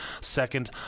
second